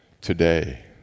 today